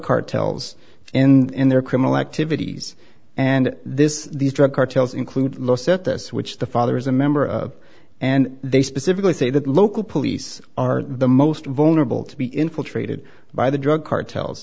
cartels in their criminal activities and this these drug cartels include law set this which the father is a member of and they specifically say that local police are the most vulnerable to be infiltrated by the drug cartels